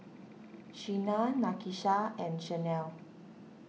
Shena Nakisha and Shanell